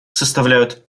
составляют